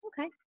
Okay